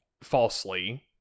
falsely